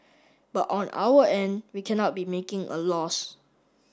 but on our end we cannot be making a loss